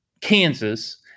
Kansas